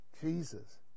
Jesus